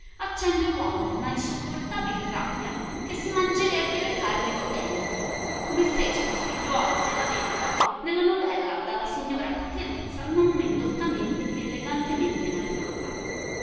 accende l uomo di una insoportabil rabbia che si mangiarebbe le carni co denti come fece il figliuolo della vedova nella novella dalla signora cateruzza non men dottamente che elegantemente narrata